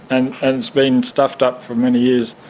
and and it's been stuffed up for many years.